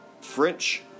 French